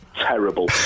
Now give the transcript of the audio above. terrible